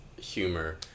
humor